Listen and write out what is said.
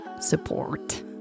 support